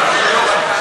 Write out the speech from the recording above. השרה גמליאל.